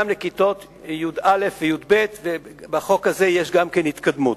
וגם לכיתות י"א וי"ב, ובחוק הזה יש גם התקדמות.